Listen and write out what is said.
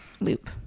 loop